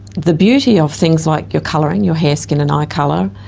the beauty of things like your colouring your hair, skin and eye colour,